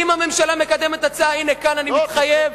אם הממשלה מקדמת הצעה, הנה כאן אני מתחייב